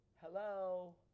hello